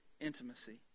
intimacy